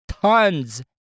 Tons